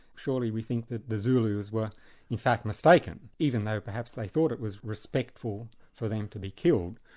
surely we think that the zulus were in fact mistaken, even though perhaps they thought it was respect for for them to be killed,